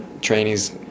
trainees